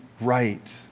Right